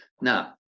now